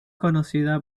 conocida